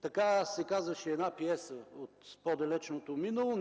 така се казваше една пиеса от по-далечното минало,